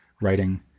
writing